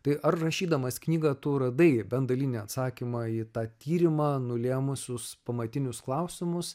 tai ar rašydamas knygą tu radai bent dalinį atsakymą į tą tyrimą nulėmusius pamatinius klausimus